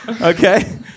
okay